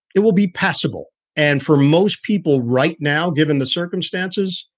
it will be possible. and for most people right now, given the circumstances,